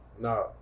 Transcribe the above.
No